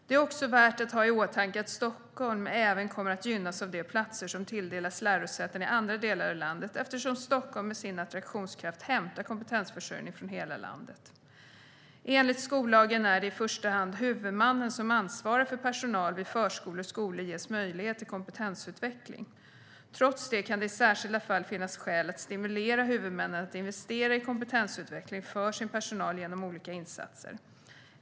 Det är värt att ha i åtanke att Stockholm även kommer att gynnas av de platser som tilldelas lärosäten i andra delar av landet eftersom Stockholm med sin attraktionskraft hämtar kompetensförsörjning från hela landet. Enligt skollagen är det i första hand huvudmannen som ansvarar för att personal vid förskolor och skolor ges möjlighet till kompetensutveckling. Trots det kan det i särskilda fall finnas skäl att stimulera huvudmännen att investera i kompetensutveckling för sin personal genom olika insatser.